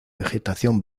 vegetación